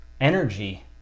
energy